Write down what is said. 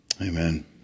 amen